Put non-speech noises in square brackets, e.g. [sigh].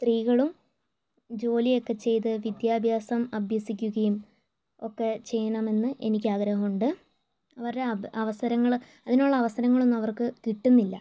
സ്ത്രീകളും ജോലിയൊക്കെ ചെയ്ത് വിദ്യാഭ്യാസം അഭ്യസിക്കുകയും ഒക്കെ ചെയ്യണമെന്ന് എനിക്ക് ആഗ്രഹമുണ്ട് [unintelligible] അവസരങ്ങൾ അതിനുള്ള അവസരങ്ങളൊന്നും അവർക്ക് കിട്ടുന്നില്ല